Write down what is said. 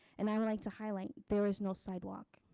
and i would like to highlight there is no sidewalk.